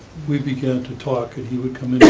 we began to talk, and he would come in